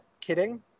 kidding